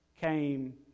came